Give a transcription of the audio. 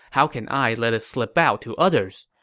how can i let it slip out to others?